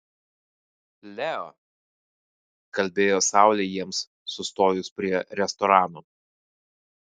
leo kalbėjo saulė jiems sustojus prie restorano